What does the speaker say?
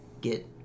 get